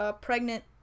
pregnant